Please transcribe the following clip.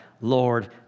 Lord